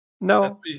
No